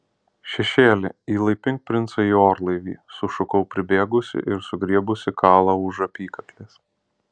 šešėli įlaipink princą į orlaivį sušukau pribėgusi ir sugriebusi kalą už apykaklės